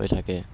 হৈ থাকে